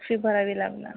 fee भरावी लागणार